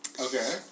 Okay